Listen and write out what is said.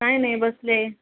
काय नाही बसले आहे